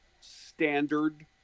standard